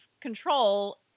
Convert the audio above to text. control